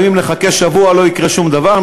גם אם נחכה שבוע לא יקרה שום דבר,